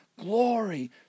glory